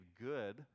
good